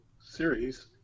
series